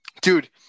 Dude